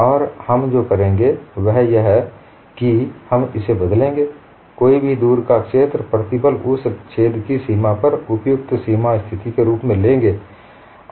और हम जो करेंगे वह यह कि हम इसे बदलेंगें कोई भी दूर का क्षेत्र प्रतिबल उस छेद की सीमा पर उपयुक्त सीमा स्थिति के रुप में लेंगें